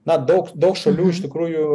na daug daug šalių iš tikrųjų